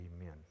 Amen